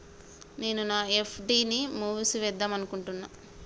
నేను నా ఎఫ్.డి ని మూసివేద్దాంనుకుంటున్న